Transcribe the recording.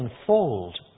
unfold